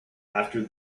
after